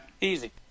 easy